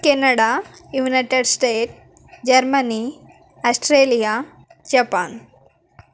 Canada united state Germany Australia Japan